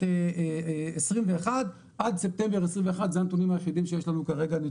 2021 עד ספטמבר 2021. אלה הנתונים שיש לנו כרגע.